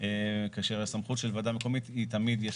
כאשר הסמכות של ועדה מקומית תמיד יש